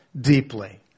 deeply